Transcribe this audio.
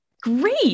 Great